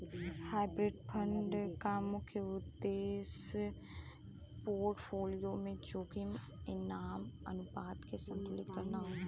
hybrid fund क मुख्य उद्देश्य पोर्टफोलियो में जोखिम इनाम अनुपात के संतुलित करना हौ